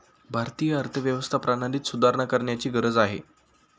भारतीय अर्थव्यवस्था प्रणालीत सुधारणा करण्याची गरज आहे